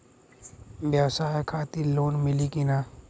ब्यवसाय खातिर लोन मिली कि ना?